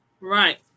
Right